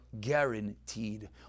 guaranteed